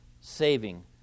saving